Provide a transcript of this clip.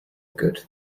good